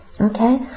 Okay